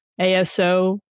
ASO